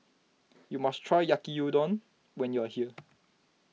you must try Yaki Udon when you are here